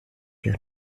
die